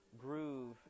groove